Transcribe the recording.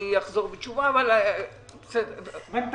אני מודה